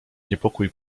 niepokój